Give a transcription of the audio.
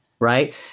right